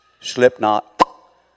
slipknot